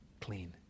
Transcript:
clean